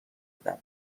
بدن